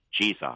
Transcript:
Jesus